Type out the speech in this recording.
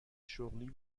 شغلی